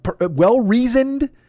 well-reasoned